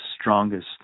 strongest